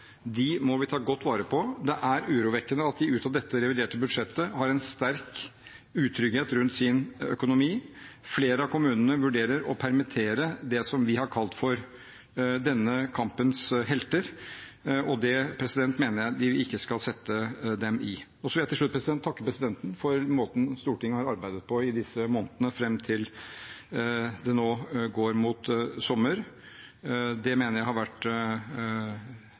må vi ta godt vare på. Det er urovekkende at de ut av dette reviderte budsjettet har en sterk utrygghet rundt sin økonomi. Flere av kommunene vurderer å permittere dem som vi har kalt for denne kampens helter, og den situasjonen mener jeg vi ikke skal sette dem i. Til slutt vil jeg takke presidenten for måten Stortinget har arbeidet på i disse månedene fram til det nå går mot sommer. Det mener jeg har vært